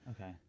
okay